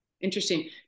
Interesting